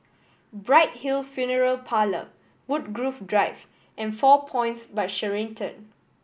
Bright Hill Funeral Parlour Woodgrove Drive and Four Points By Sheraton